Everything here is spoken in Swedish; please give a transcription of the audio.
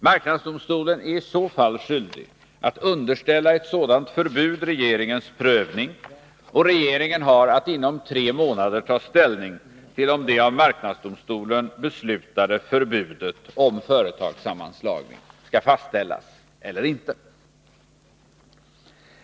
Marknadsdomstolen är i så fall skyldig att underställa ett sådant förbud regeringens prövning, och regeringen har att inom tre månader ta ställning till om det av marknadsdomstolen beslutade förbudet mot företagssammanslagning skall fastställas eller inte.